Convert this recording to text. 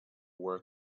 were